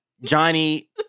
Johnny